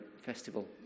Festival